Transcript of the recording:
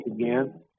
again